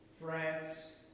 France